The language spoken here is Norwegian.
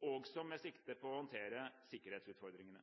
også med sikte på å håndtere sikkerhetsutfordringene.